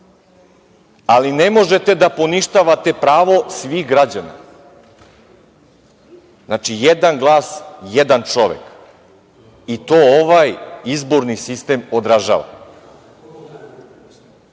Ali, ne možete da poništavate pravo svih građana. Znači, jedan glas - jedan čovek. I to ovaj izborni sistem održava. Ja